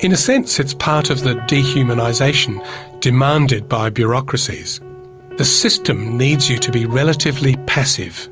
in a sense it's part of the dehumanisation demanded by bureaucracies a system needs you to be relatively passive